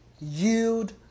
yield